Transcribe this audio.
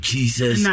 Jesus